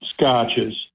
scotches